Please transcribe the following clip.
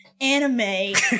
Anime